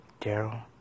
Daryl